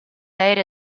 aerea